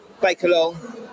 bake-along